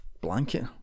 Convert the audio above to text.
blanket